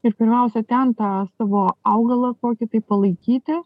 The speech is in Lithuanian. ir pirmiausia ten tą savo augalą kokį tai palaikyti